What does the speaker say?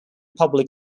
public